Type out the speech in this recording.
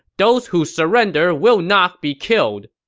those who surrender will not be killed!